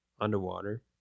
underwater